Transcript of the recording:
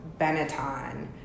Benetton